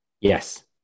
Yes